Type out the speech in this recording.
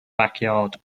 backyard